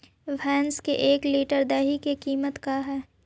भैंस के एक लीटर दही के कीमत का है?